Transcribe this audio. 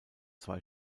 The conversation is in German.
zwei